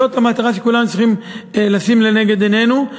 זאת המטרה שכולנו צריכים לשים לנגד עינינו.